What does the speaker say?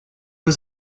was